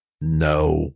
no